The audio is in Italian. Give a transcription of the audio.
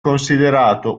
considerato